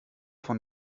von